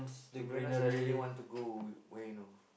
to be honest I really want to go where you know